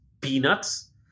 peanuts